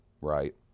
right